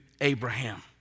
Abraham